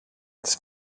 της